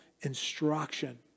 instruction